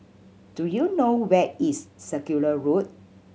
do you know where is Circular Road